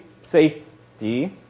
safety